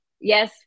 yes